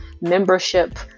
membership